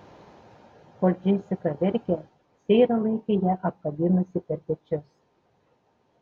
kol džesika verkė seira laikė ją apkabinusi per pečius